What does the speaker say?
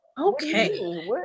okay